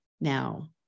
Now